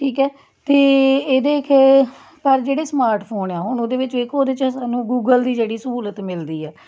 ਠੀਕ ਹੈ ਅਤੇ ਇਹਦੇ ਕਿ ਪਰ ਜਿਹੜੇ ਸਮਾਰਟਫੋਨ ਆ ਹੁਣ ਉਹਦੇ ਵਿੱਚ ਵੇਖੋ ਉਹਦੇ 'ਚ ਸਾਨੂੰ ਗੂਗਲ ਦੀ ਜਿਹੜੀ ਸਹੂਲਤ ਮਿਲਦੀ ਹੈ